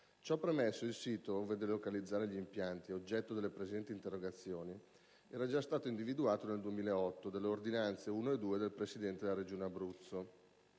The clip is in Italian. Ciò premesso, il sito ove delocalizzare gli impianti oggetto delle presenti interrogazioni era già stato individuato nel 2008 dalle ordinanze nn. 1 e 2 del Presidente della Regione Abruzzo